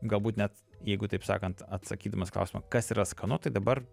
galbūt net jeigu taip sakant atsakydamas į klausimą kas yra skanu tai dabar